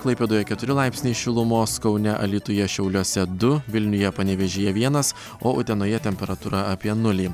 klaipėdoje keturi laipsniai šilumos kaune alytuje šiauliuose du vilniuje panevėžyje vienas o utenoje temperatūra apie nulį